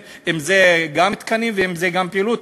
האם זה גם תקנים וגם פעילות?